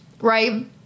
right